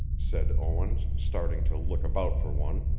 said owens, starting to look about for one.